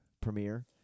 premiere